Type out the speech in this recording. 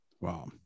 Wow